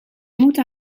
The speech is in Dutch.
moeten